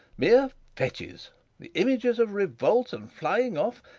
mere fetches the images of revolt and flying off.